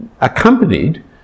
accompanied